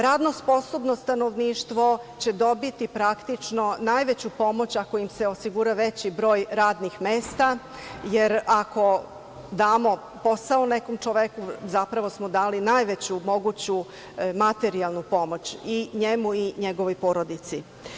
Radno sposobno stanovništvo će dobiti praktično najveću pomoć ako im se osigura veći broj radnih mesta, jer ako damo posao nekom čoveku zapravo smo dali najveću moguću materijalnu pomoć i njemu i njegovoj porodici.